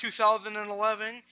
2011